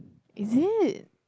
is it